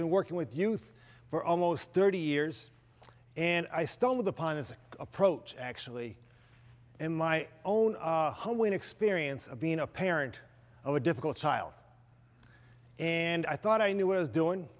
and working with youth for almost thirty years and i stumbled upon this approach actually in my own home when experience of being a parent of a difficult child and i thought i knew what i was doing